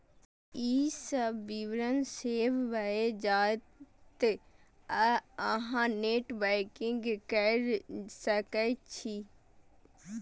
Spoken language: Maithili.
ई सब विवरण सेव भए जायत आ अहां नेट बैंकिंग कैर सकै छी